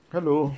Hello